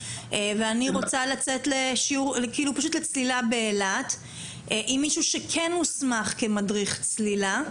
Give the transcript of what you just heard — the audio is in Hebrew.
ואני רוצה לצאת לצלילה באילת עם מישהו שכן מוסמך כמדריך צלילה,